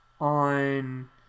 on